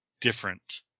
different